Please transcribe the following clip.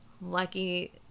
lucky